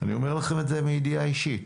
אני אומר לכם את זה מידיעה אישית.